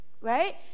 right